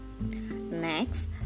Next